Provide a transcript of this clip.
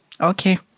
Okay